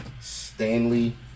Stanley